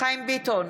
חיים ביטון,